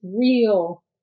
real